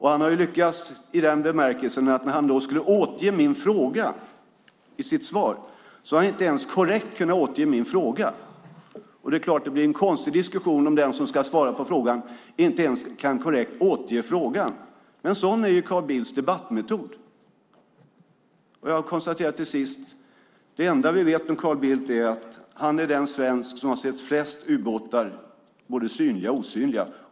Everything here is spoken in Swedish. Han har lyckats i den bemärkelsen att när han i sitt svar skulle återge min fråga kunde han inte ens korrekt återge den. Det är klart att det blir en konstig diskussion om den som ska svara på frågan inte ens kan korrekt återge frågan. Men sådan är Carl Bildts debattmetod. Jag konstaterar till sist att det enda vi vet om Carl Bildt är att han är den svensk som har sett flest ubåtar, både synliga och osynliga.